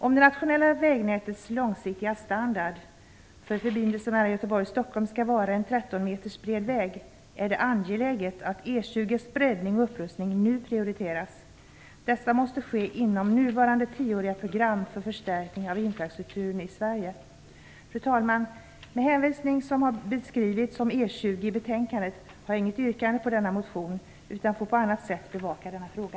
Om det nationella vägnätets långsiktiga standard för förbindelsen mellan Göteborg och Stockholm skall vara en 13 meter bred väg är det angeläget att E 20:s breddning och upprustning nu prioriteras. Detta måste ske inom ramen för nuvarande tioåriga program för förstärkningar av infrastrukturen i Sverige. Fru talman! Med hänvisning till vad som har skrivits om E 20 i betänkandet har jag inget yrkande vad gäller denna motion, utan jag får på annat sätt bevaka denna fråga.